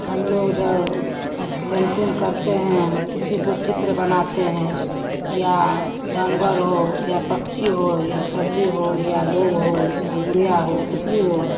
हम लोग जब पेंटिंग करते हैं किसिको चित्र बनाते हैं या जानवर हो या पक्षी हो या सब्ज़ी हो या लोग हो या गुड़िया हो कुछ भी हो